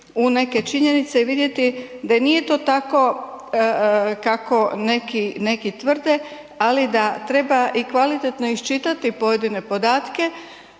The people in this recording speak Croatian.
u neke činjenice i vidjeti da nije to tako kako neki tvrde, ali da treba kvalitetno iščitati pojedine podatke